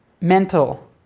mental